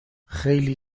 خیلی